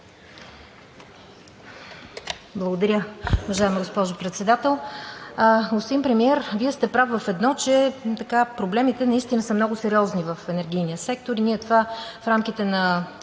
Благодаря, уважаема госпожо Председател. Господин Премиер, Вие сте прав в едно – че проблемите наистина са много сериозни в енергийния сектор и това в рамките на